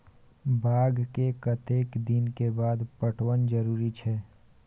बाग के कतेक दिन के बाद पटवन जरूरी छै?